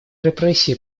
репрессии